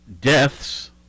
deaths